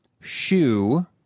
shoe